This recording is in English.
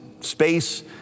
space